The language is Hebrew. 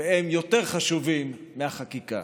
והם יותר חשובים מהחקיקה.